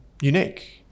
unique